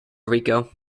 rico